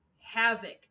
havoc